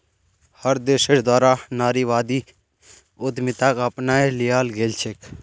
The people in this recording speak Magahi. हर देशेर द्वारा नारीवादी उद्यमिताक अपनाए लियाल गेलछेक